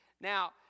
Now